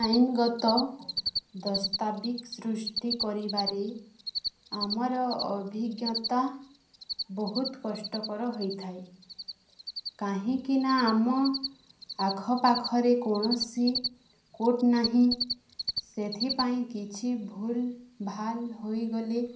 ଆଇନଗତ ଦସ୍ତାବିଜ ସୃଷ୍ଟି କରିବାରେ ଆମର ଅଭିଜ୍ଞତା ବହୁତ କଷ୍ଟକର ହୋଇଥାଏ କାହିଁକିନା ଆମ ଆଖପାଖରେ କୌଣସି କୋର୍ଟ ନାହିଁ ସେଥିପାଇଁ କିଛି ଭୁଲ ଭାଲ ହୋଇଗଲେ